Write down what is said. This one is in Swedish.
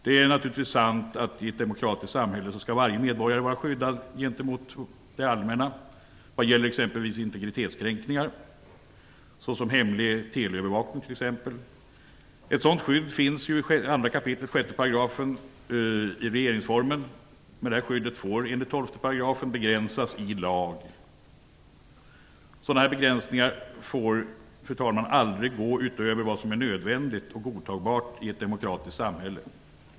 Det är naturligtvis sant att varje medborgare skall vara skyddad gentemot det allmänna i ett demokratiskt samhälle när det gäller integritetskränkningar som t.ex. hemlig teleövervakning. Ett sådant skydd finns i 2 kap. 6 § i regeringsformen. Men det skyddet får enligt 12 § begränsas i lag. Fru talman! Sådana begränsningar får aldrig gå utöver vad som är nödvändigt och godtagbart i ett demokratiskt samhälle.